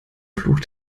fluch